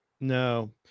No